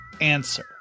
answer